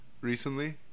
recently